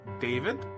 David